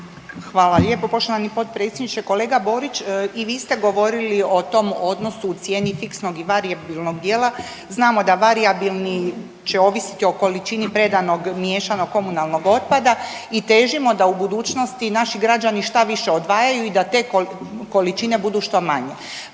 Hvala lijepo poštovani potpredsjedniče. Kolega Borić, i vi ste govorili o tom odnosu cijeni fiksnog i varijabilnog dijela. Znamo da varijabilni će ovisiti o količini predanog miješanog komunalnog otpada i težimo da u budućnosti naši građani šta više odvajaju i da te količine budu što manje,